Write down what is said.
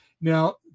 Now